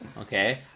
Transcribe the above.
okay